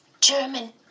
German